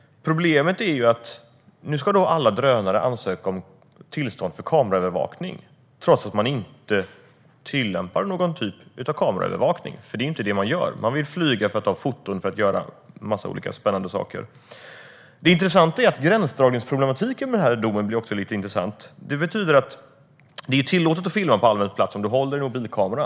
Problemet är att man nu ska ansöka om tillstånd för kameraövervakning för alla drönare, trots att man inte tillämpar någon typ av kameraövervakning. Det är inte det man gör. Man vill flyga för att ta foton för att göra en massa olika spännande saker. Det intressanta är att gränsdragningsproblematiken i och med den här domen blir lite intressant. Det är tillåtet att filma på allmän plats om du håller i en mobilkamera.